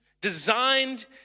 designed